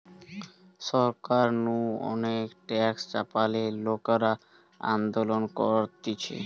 সরকার নু অনেক ট্যাক্স চাপালে লোকরা আন্দোলন করতিছে